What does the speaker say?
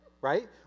right